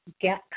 get